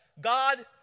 God